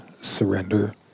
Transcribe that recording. surrender